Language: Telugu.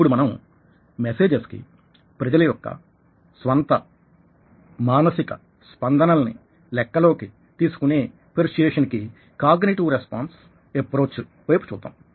ఇప్పుడు మనం మెసేజెస్ కి ప్రజల యొక్క స్వంత మానసిక స్పందనలని లెక్కలోకి తీసుకునే పెర్సుయేసన్ కి కాగ్నిటివ్ రెస్పాన్స్ ఎప్రోచ్ వైపు చూద్దాం